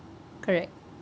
correct